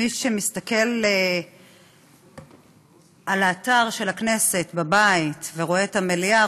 מי שמסתכל באתר הכנסת בבית ורואה את המליאה,